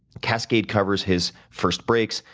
kaskade covers his first breaks,